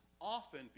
often